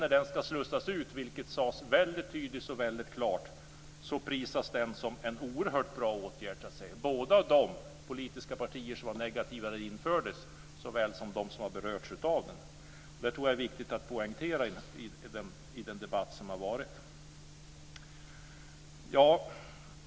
När den ska slussas ut, vilket sades väldigt tydligt och klart, prisas den som en oerhört bra åtgärd av såväl de politiska partier som var negativa när den infördes som de som berördes av den. Det tror jag är viktigt att poängtera i den debatt som har varit.